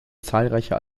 zahlreiche